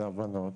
להבנות,